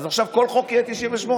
אז עכשיו כל חוק יהיה 98?